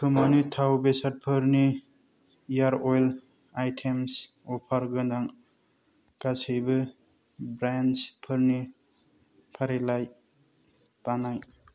खोमानि थाव बेसादफोरनि इयार अवेल आइतेम्स अफार गोनां गासैबो ब्रेन्डसफोरनि फारिलाइ बानाय